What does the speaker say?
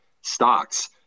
stocks